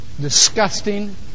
Disgusting